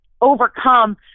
overcome